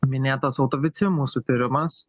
minėtas autovici mūsų turimas